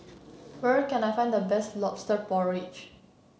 where can I find the best lobster porridge